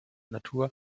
natur